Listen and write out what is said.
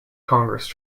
congress